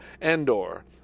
Andor